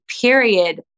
period